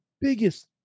biggest